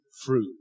fruit